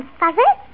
father